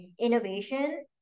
innovation